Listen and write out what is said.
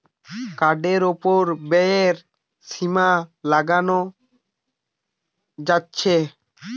কার্ডের উপর ব্যয়ের সীমা লাগানো যাচ্ছে